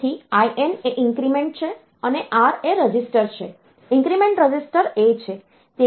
તેથી IN એ increment છે અને R એ રજિસ્ટર છે ઇન્ક્રીમેન્ટ રજીસ્ટર A છે